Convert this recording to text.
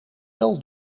wel